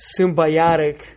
symbiotic